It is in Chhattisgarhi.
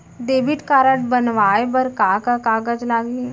डेबिट कारड बनवाये बर का का कागज लागही?